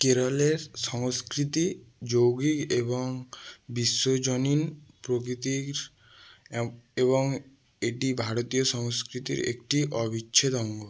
কেরলের সংস্কৃতি যৌগিক এবং বিশ্বজনীন প্রকৃতির এব এবং এটি ভারতীয় সংস্কৃতির একটি অবিচ্ছেদ্য অঙ্গ